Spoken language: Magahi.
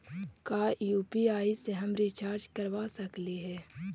का यु.पी.आई से हम रिचार्ज करवा सकली हे?